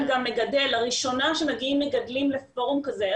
לראשונה שמגיעים מגדלים לפורום כאלה.